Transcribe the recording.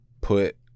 put